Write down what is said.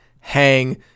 hang